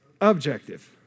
objective